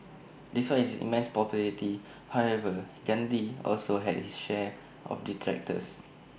despite his immense popularity however Gandhi also had his share of detractors